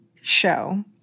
show